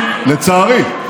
לצערי,